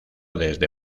desde